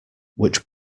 which